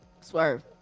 Swerve